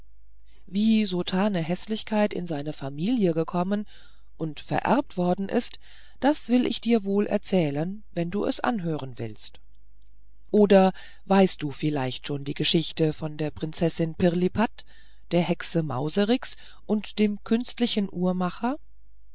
wie sotane häßlichkeit in seine familie gekommen und vererbt worden ist das will ich dir wohl erzählen wenn du es anhören willst oder weißt du vielleicht schon die geschichte von der prinzessin pirlipat der hexe mauserinks und dem künstlichen uhrmacher